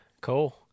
cool